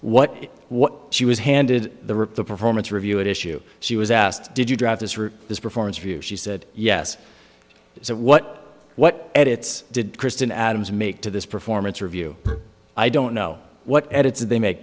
what what she was handed the rip the performance review at issue she was asked did you drive this route this performance of you she said yes so what what edits did kristen adams make to this performance review i don't know what edits they make